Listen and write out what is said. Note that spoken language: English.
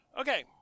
Okay